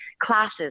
classes